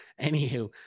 anywho